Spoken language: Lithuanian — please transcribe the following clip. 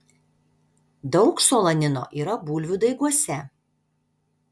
daug solanino yra bulvių daiguose